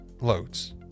Loads